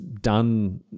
done